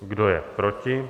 Kdo je proti?